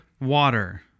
water